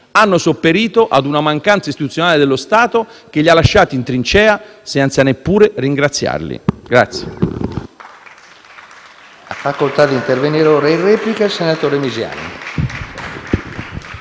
hanno sopperito ad una mancanza istituzionale dello Stato, che li ha lasciati in trincea senza neppure ringraziarli.